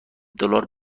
دلار